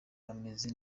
bameze